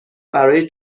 برای